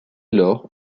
lors